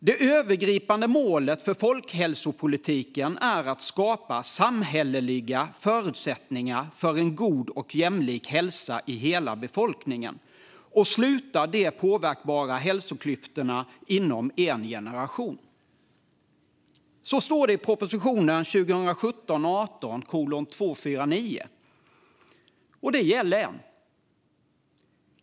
"Det övergripande målet för folkhälsopolitiken är att skapa samhälleliga förutsättningar för en god och jämlik hälsa i hela befolkningen och sluta de påverkbara hälsoklyftorna inom en generation." Så står det i propositionen 2017/18:249, och det gäller än.